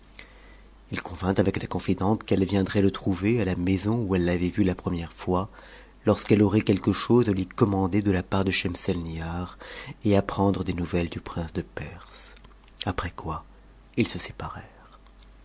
il convint avec la confidente qu'elle viendrait le trouver à la maison où elle l'avait vu la première fois lorsqu'elle aurait quelque chose à lui commander de la part de schemselnihar et apprendre des nouvelles du prince de perse après quoi ils se